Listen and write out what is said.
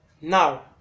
now